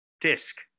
disc